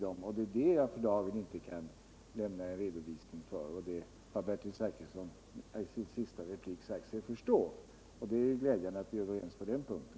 Det kan jag för dagen inte lämna en redovisning för, och det har Bertil Zachrisson i sin senaste replik sagt sig förstå. Det är glädjande att vi är överens på den punkten.